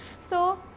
so,